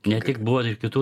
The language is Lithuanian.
ne tik buvo ir kitų